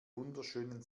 wunderschönen